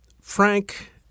Frank